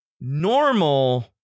normal